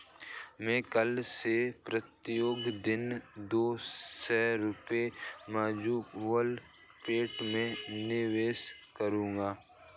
मैं कल से प्रत्येक दिन दो सौ रुपए म्यूचुअल फ़ंड में निवेश करूंगा